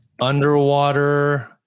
Underwater